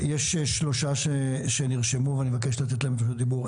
יש שלושה שנרשמו, ואני מבקש לתת להם רשות דיבור.